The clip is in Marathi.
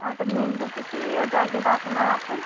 हां तर नेमकं किती जागे दाखवणार आपण